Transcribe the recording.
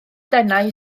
denau